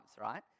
right